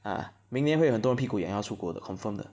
uh 明年会有很多屁股痒要出国的 confirm 的